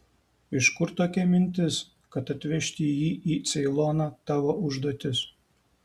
iš kur tokia mintis kad atvežti jį į ceiloną tavo užduotis